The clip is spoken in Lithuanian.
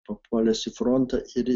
papuolęs į frontą ir jis